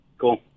Cool